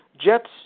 Jets